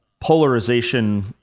polarization